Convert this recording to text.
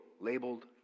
labeled